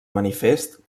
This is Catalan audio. manifest